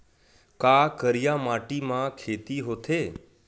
का करिया माटी म खेती होथे?